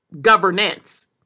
governance